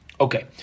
Okay